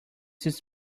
this